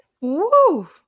Woo